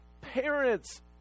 parents